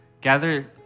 gather